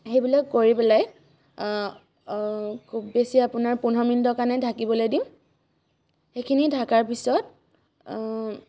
সেইবিলাক কৰি পেলাই খুব বেছি আপোনাৰ পোন্ধৰ মিনিটৰ কাৰণে ঢাকিবলৈ দিম সেইখিনি ঢকাৰ পিছত